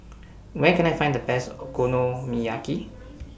Where Can I Find The Best Okonomiyaki